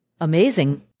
Amazing